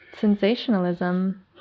sensationalism